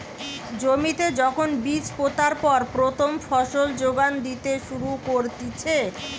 জমিতে যখন বীজ পোতার পর প্রথম ফসল যোগান দিতে শুরু করতিছে